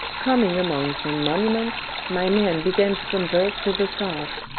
coming among some monuments, my man began to converse with the stars,